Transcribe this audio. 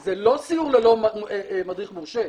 זה לא סיור ללא מדריך מורשה.